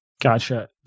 Gotcha